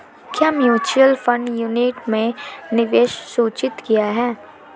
क्या mutual fund unit में निवेश सुरक्षित है?